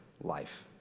life